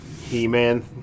He-Man